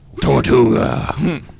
Tortuga